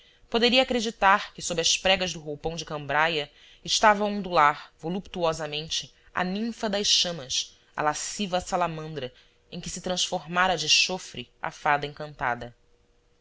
poderia acreditar que sob as pregas do roupão de cambraia estava a ondular voluptuosamente a ninfa das chamas a lasciva salamandra em que se transformara de chofre a fada encantada